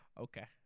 okay